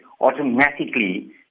automatically